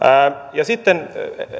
ja sitten